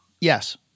yes